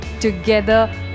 together